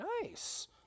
Nice